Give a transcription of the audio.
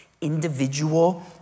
individual